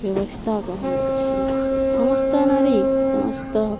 ବ୍ୟବସ୍ଥା କରାଯାଇଛି ସମସ୍ତ ନାରୀ ସମସ୍ତ